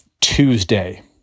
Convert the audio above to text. Tuesday